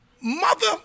mother